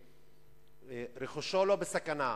שרכושו לא בסכנה,